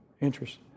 interest